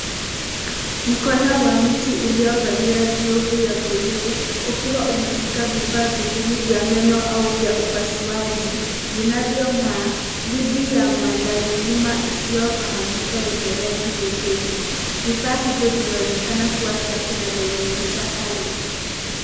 Mkono wa mtu uliovalia glovu ya bluu ukiwa umeshika vifaa viwili vya meno au upasuaji vinavyong'aa dhidi ya mandhari nyuma isiyofahamika yenye rangi nyepesi. Vifaa hivyo vinaonekana kuwa safi na vyenye ncha kali.